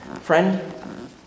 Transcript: Friend